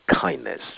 kindness